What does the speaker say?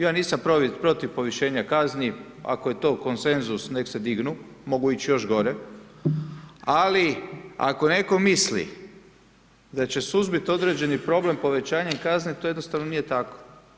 Ja nisam protiv povišenja kazni, ako je to konsenzus nek se dignu, mogu ići još gore, ali ako netko misli da će suzbiti određeni problem povećanjem kazne, to jednostavno nije tako.